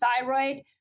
thyroid